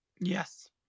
Yes